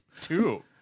Two